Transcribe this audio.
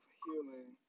healing